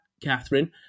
Catherine